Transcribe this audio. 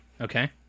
Okay